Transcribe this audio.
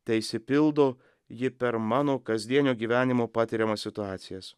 teišsipildo ji per mano kasdienio gyvenimo patiriamas situacijas